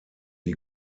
wie